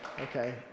okay